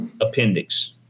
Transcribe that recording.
appendix